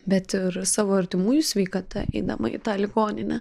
bet ir savo artimųjų sveikata eidama į tą ligoninę